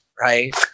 right